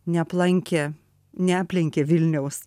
neaplankė neaplenkė vilniaus